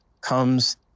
comes